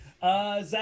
Zach